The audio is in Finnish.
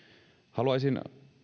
haluaisin